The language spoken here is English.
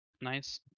Nice